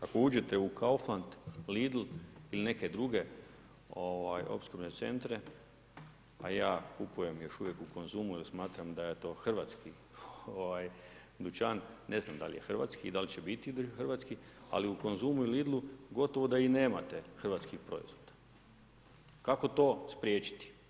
Ako uđete u Kaufland, Lidl ili neke druge opskrbne centre, a ja kupujemo još uvijek u Konzumu, jer smatram da je to Hrvatski dućan, ne znam, da li je Hrvatski i da li će biti hrvatski, ali u Konzumu i Lidlu, gotovo da i nemate hrvatskih proizvoda, kako to spriječiti?